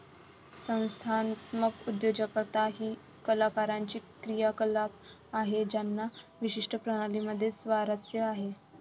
संस्थात्मक उद्योजकता ही कलाकारांची क्रियाकलाप आहे ज्यांना विशिष्ट प्रणाली मध्ये स्वारस्य आहे